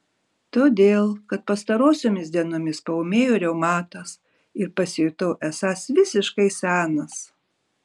todėl kad pastarosiomis dienomis paūmėjo reumatas ir pasijutau esąs visiškai senas